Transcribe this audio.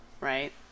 Right